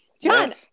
John-